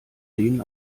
den